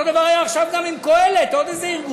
אותו דבר היה עכשיו גם עם "קהלת", עוד איזה ארגון.